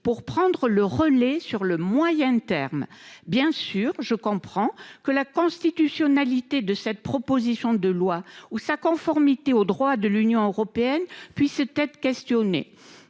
pour prendre le relais sur le moyen terme, bien sûr, je comprends que la constitutionnalité de cette proposition de loi ou sa conformité au droit de l'Union européenne puis tête questionné